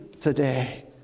today